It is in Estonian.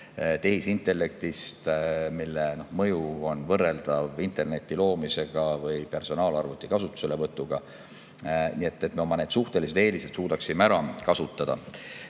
tehisintellektist, mille mõju on võrreldav interneti loomisega või personaalarvuti kasutuselevõtuga, nii et me oma suhtelised eelised suudaksime ära kasutada.